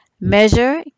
measure